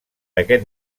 aquest